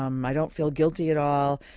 um i don't feel guilty at all,